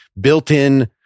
built-in